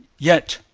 yet,